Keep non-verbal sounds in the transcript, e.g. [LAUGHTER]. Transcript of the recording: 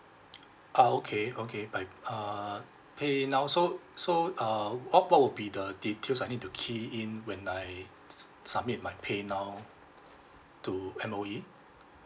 [NOISE] oh okay okay by uh paynow so so uh what what would be the details I need to key in when I s~ submit my paynow [BREATH] to M_O_E